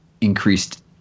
increased